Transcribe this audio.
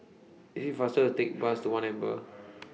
IT IS faster Take Bus one Amber